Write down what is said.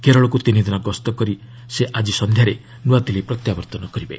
କେରଳକୁ ତିନିଦିନ ଗସ୍ତ କରି ସେ ଆଜି ସନ୍ଧ୍ୟାରେ ନୂଆଦିଲ୍ଲୀ ପ୍ରତ୍ୟାବର୍ତ୍ତନ କରିବେ